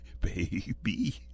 Baby